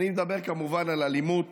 אני מדבר כמובן על אלימות